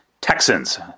Texans